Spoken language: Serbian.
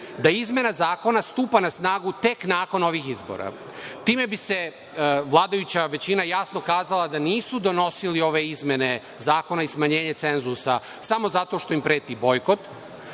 da izmena zakona stupa na snagu tek nakon ovih izbora. Time bi vladajuća većina jasno kazala da nisu donosili ove izmene zakona i smanjenje cenzusa samo zato što im preti bojkot